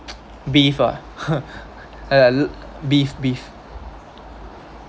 beef ah I beef beef